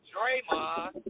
Draymond